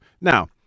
Now